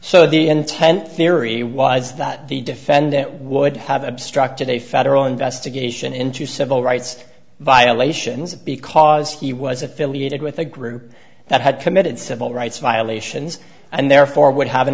so the intent theory was that the defendant would have obstructed a federal investigation into civil rights violations because he was affiliated with a group that had committed civil rights violations and therefore would have an